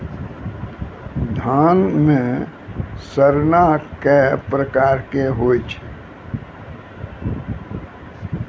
धान म सड़ना कै प्रकार के होय छै?